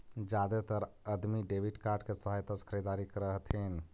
जादेतर अदमी debit card के सहायता से खरीदारी कर हथिन